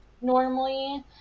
Normally